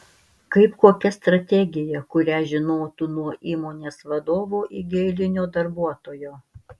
kaip kokia strategija kurią žinotų nuo įmonės vadovo iki eilinio darbuotojo